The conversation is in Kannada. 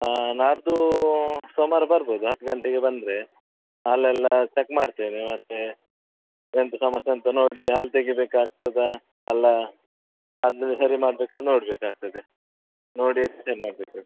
ಹಾಂ ನಾಡಿದ್ದು ಸೋಮವಾರ ಬರ್ಬೋದು ಹತ್ತು ಗಂಟೆಗೆ ಬಂದರೆ ಹಲ್ಲೆಲ್ಲ ಚೆಕ್ ಮಾಡ್ತೇವೆ ಮತ್ತು ಎಂಥ ಸಮಸ್ಯೆ ಅಂತ ನೋಡಿ ಹಲ್ಲು ತೆಗಿಬೇಕಾಗ್ತದ ಅಲ್ಲ ಅದನ್ನ ಸರಿ ಮಾಡಬೇಕಾ ನೋಡಬೇಕಾಗ್ತದೆ ನೋಡಿಯೇ ಡಿಸೈಡ್ ಮಾಡಬೇಕು